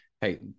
hey